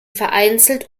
vereinzelt